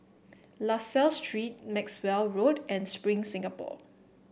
La Salle Street Maxwell Road and Spring Singapore